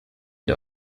der